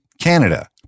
Canada